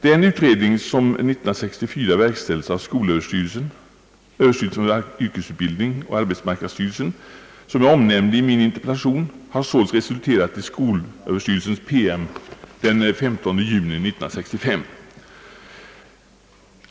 Den utredning, som 1964 verkställdes av skolöverstyrelsen, överstyrelsen för yrkesutbildning och arbetsmarknadsstyrelsen och som jag omnämnde i min interpellation, har således resulterat i skolöverstyrelsens PM den 15 juni 1965.